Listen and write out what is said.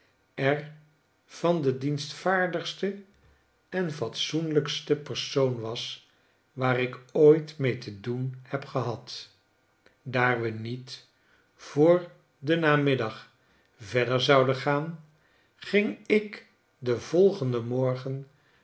er van de dienstvaardigste en fatsoenlijkste persoon was waar ik ooit mee te doen heb gehad daar we niet voor na den middag verder zouden gaan ging ik den volgenden morgen